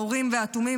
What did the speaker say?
האורים והתומים,